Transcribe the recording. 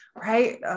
right